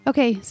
Okay